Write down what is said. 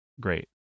great